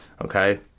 Okay